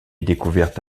découverte